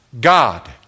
God